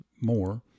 more